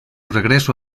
regreso